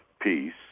peace